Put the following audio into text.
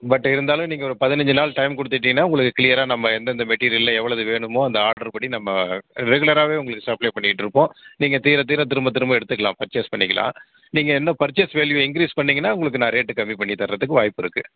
but இருந்தாலும் நீங்கள் ஒரு பதினைஞ்சி நாள் டைம் கொடுத்துட்டீங்கனா உங்களுக்கு கிளீயராக நம்ம எந்தெந்த மெட்டீரியலில் எவ்வளவு வேணுமோ அந்த ஆர்டர் படி நம்ம ரெகுலராகவே உங்களுக்கு சப்ளே பண்ணிகிட்டிருப்போம் நீங்கள் தீர தீர திரும்ப திரும்ப எடுத்துக்கலாம் பர்ச்சஸ் பண்ணிக்கலாம் நீங்கள் என்ன பர்ச்சஸ் வேல்யூ இன்கிரீஸ் பண்ணிங்கனால் உங்களுக்கு நான் ரேட்டு கம்மி பண்ணி தரத்துக்கு வாய்ப்பு இருக்குது